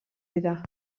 dira